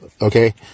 okay